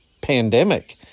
pandemic